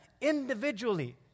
individually